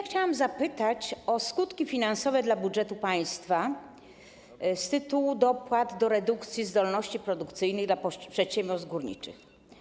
Chciałam zapytać o skutki finansowe dla budżetu państwa z tytułu dopłat do redukcji zdolności produkcyjnej dla przedsiębiorstw górniczych.